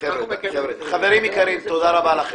חברים יקרים תודה רבה.